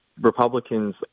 Republicans